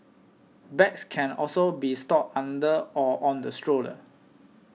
bags can also be stored under or on the stroller